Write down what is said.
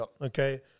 okay